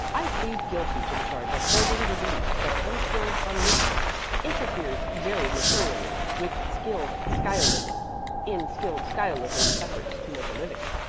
i plead guilty to the charge of holding the belief that unskilled omniscience interferes very materially with skilled sciolism in skilled sciolism's efforts to make a living.